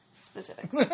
Specifics